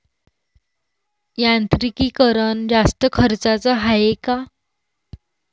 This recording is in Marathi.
यांत्रिकीकरण जास्त खर्चाचं हाये का?